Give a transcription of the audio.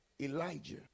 Elijah